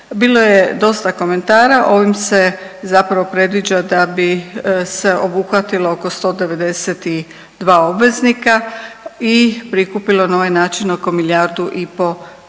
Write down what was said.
Bilo je dosta komentara. Ovim se zapravo predviđa da bi se obuhvatilo oko 192 obveznika i prikupilo na ovaj način oko milijardu i pol kuna